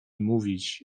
mówić